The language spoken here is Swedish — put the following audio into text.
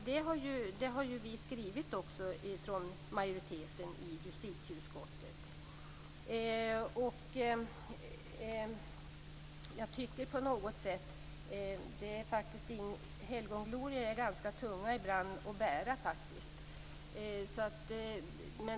Detta har vi skrivit från majoritetens sida i justitieutskottet. Helgonglorior är ibland ganska tunga att bära.